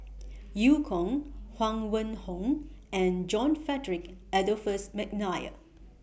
EU Kong Huang Wenhong and John Frederick Adolphus Mcnair